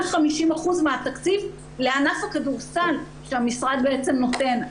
50% מהתקציב לענף הכדורסל שהמשרד בעצם נותן.